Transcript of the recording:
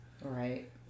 Right